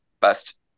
best